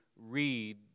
read